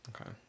Okay